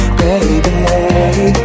baby